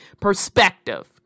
perspective